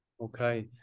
Okay